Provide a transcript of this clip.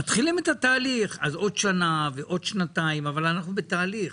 - אז עוד שנה, עוד שנתיים, אבל אנחנו בתהליך.